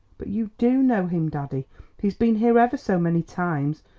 but you do know him, daddy he's been here ever so many times.